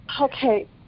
Okay